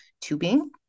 tubing